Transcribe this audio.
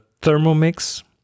Thermomix